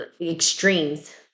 extremes